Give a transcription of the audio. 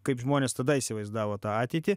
kaip žmonės tada įsivaizdavo tą ateitį